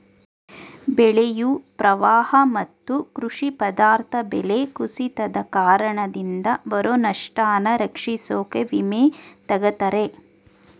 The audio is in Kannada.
ಬೆಳೆಯು ಪ್ರವಾಹ ಮತ್ತು ಕೃಷಿ ಪದಾರ್ಥ ಬೆಲೆ ಕುಸಿತದ್ ಕಾರಣದಿಂದ ಬರೊ ನಷ್ಟನ ರಕ್ಷಿಸೋಕೆ ವಿಮೆ ತಗತರೆ